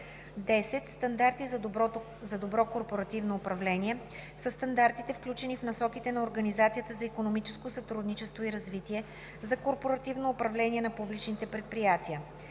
10. „Стандарти за добро корпоративно управление“ са стандартите, включени в Насоките на Организацията за икономическо сътрудничество и развитие за корпоративно управление на публичните предприятия.